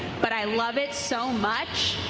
but i love it so much,